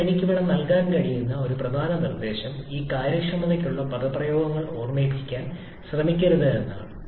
എന്നാൽ എനിക്ക് ഇവിടെ നൽകാൻ കഴിയുന്ന ഒരു പ്രധാന നിർദ്ദേശം ഈ കാര്യക്ഷമതയ്ക്കുള്ള പദപ്രയോഗങ്ങൾ ഓർമ്മിക്കാൻ ശ്രമിക്കരുത് എന്നതാണ്